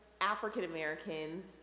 African-Americans